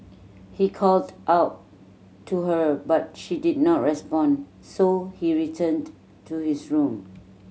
he called out to her but she did not respond so he returned to his room